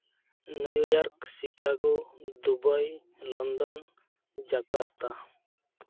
New York Chicago Dubai London Jakarta